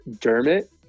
dermot